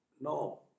No